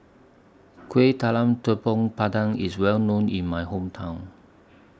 Kuih Talam Tepong Pandan IS Well known in My Hometown